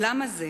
ולמה זה?